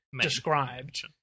described